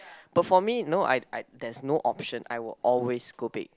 but for me no I I there's no option I will always go big